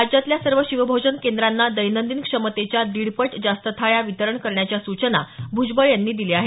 राज्यातल्या सर्व शिवभोजन केंद्रांना दैनंदिन क्षमतेच्या दीडपट जास्त थाळ्या वितरण करण्याच्या सूचना भुजबळ यांनी दिल्या आहेत